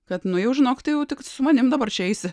kad nu jau žinok tai tik su manimi dabar čia eisi